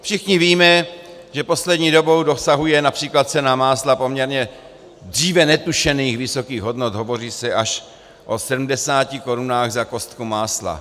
Všichni víme, že poslední dobou dosahuje např. cena másla poměrně dříve netušených vysokých hodnot, hovoří se až o sedmdesáti korunách za kostku másla.